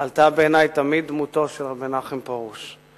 עלתה בעיני תמיד דמותו של רב מנחם פרוש.